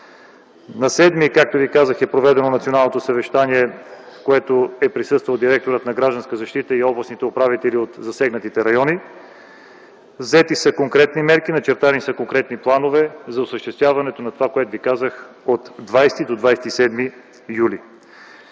време. Както казах, на 7-ми е проведено националното съвещание, на което е присъствал директорът на „Гражданска защита” и областните управители от засегнатите райони. Взети са конкретни мерки, начертани са конкретни планове за осъществяването на това, което ви казах – от 20 до 27 юли.